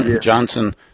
Johnson